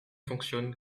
fonctionne